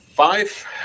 Five